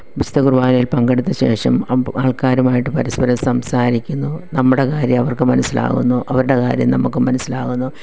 വിശുദ്ധ കുർബാനയിൽ പങ്കെടുത്ത ശേഷം ആൾക്കാരുമായിട്ട് പരസ്പരം സംസാരിക്കുന്നു നമ്മുടെ കാര്യം അവർക്ക് മനസ്സിലാകുന്നു അവരുടെ കാര്യം നമുക്ക് മനസ്സിലാകുന്നു